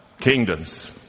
kingdoms